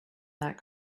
that